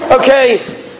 Okay